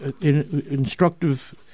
instructive